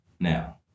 now